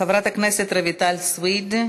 חברת הכנסת רויטל סויד,